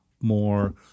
more